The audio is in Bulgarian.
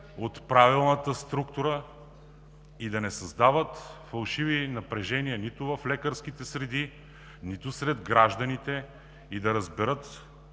от правилната структура и да не създават фалшиви напрежения нито в лекарските среди, нито сред гражданите, да разберат